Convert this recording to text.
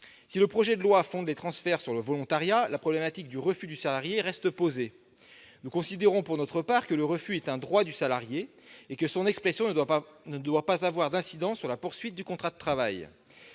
Si le projet de loi fonde les transferts sur le volontariat, la problématique du refus du salarié reste posée. Nous considérons, pour notre part, que le refus est un droit du salarié et que son expression ne doit pas avoir d'incidence sur la poursuite du contrat de travail.